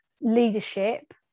leadership